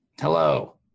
Hello